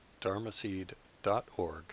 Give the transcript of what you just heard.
dharmaseed.org